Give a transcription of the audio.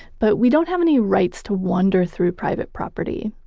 but we don't have any rights to wander through private property.